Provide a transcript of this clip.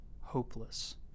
hopeless